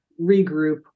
regroup